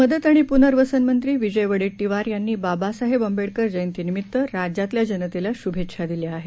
मदत आणि पुनर्वसन मंत्री विजय वडेट्टीवार यांनी बाबासाहेब आंबेडकर जयंती निमित्त राज्यातल्या जनतेला शुभेच्छा दिल्या आहेत